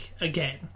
again